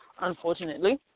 unfortunately